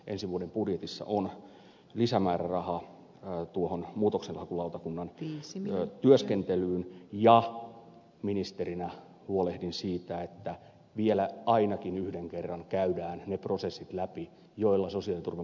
ensi vuoden budjetissa on lisämääräraha tuohon muutoksenhakulautakunnan työskentelyyn ja ministerinä huolehdin siitä että vielä ainakin yhden kerran käydään ne prosessit läpi joilla sosiaaliturvan muutoksenhakulautakunnassa työtä tehdään